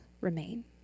remain